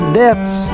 deaths